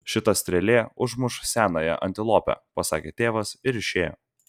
šita strėlė užmuš senąją antilopę pasakė tėvas ir išėjo